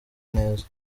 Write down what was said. neza